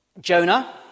Jonah